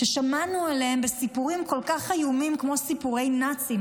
ששמענו עליהן בסיפורים כל כך איומים כמו סיפורי נאצים,